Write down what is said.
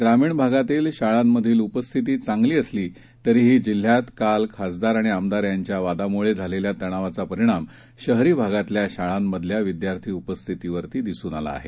ग्रामीणभागातीलशाळांमधीलउपस्थितीचांगलीअसलीतरीहीजिल्ह्यातकालखासदारआणिआमदारयांच्यावादामुळेझालेल्यातणावाचापरिणाम शहरीभागातल्याशाळांमधल्याविद्यार्थीउपस्थितीवरदिसूनआलाआहे